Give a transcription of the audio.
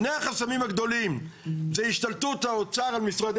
שני החסמים הגדולים זה השתלטות האוצר על משרדי